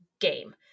game